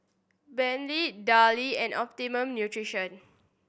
Bentley Darlie and Optimum Nutrition